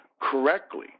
correctly